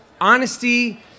honesty